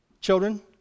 children